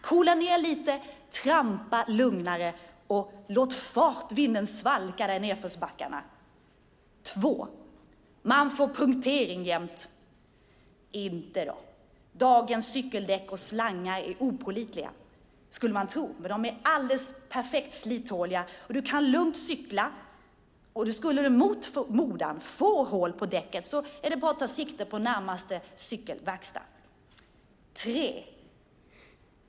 Coola ner lite, trampa lugnare och låt fartvinden svalka dig i nedförsbackarna! 2. Man får punktering jämt. Inte då. Dagens cykeldäck och slangar är opålitliga - skulle man kunna tro, men de är alldeles perfekt slittåliga. Du kan lugnt cykla. Och skulle du mot förmodan få hål på däcket är det bara att ta sikte på närmaste cykelverkstad. 3.